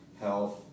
health